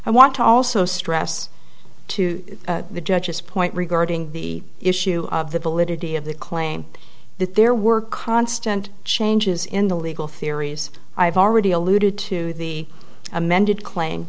i want to also stress to the judges point regarding the issue of the validity of the claim that there were constant changes in the legal theories i've already alluded to the amended claim